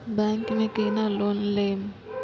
Bank में केना loan लेम?